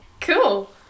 Cool